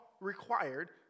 required